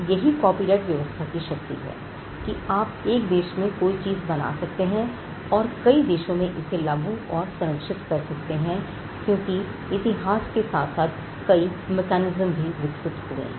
यही कॉपीराइट व्यवस्था की शक्ति है कि आप एक देश में कोई चीज बना सकते हैं और कई देशों में इसे लागू और संरक्षित कर सकते हैं क्योंकि इतिहास के साथ साथ कई मकैनिज्मभी विकसित हुए हैं